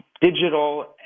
digital